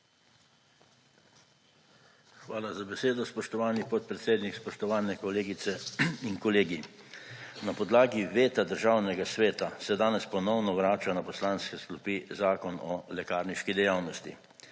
Hvala za besedo, spoštovani podpredsednik. Spoštovani kolegice in kolegi! Na podlagi veta Državnega sveta se danes ponovno vrača na poslanske klopi Zakon o lekarniški dejavnosti.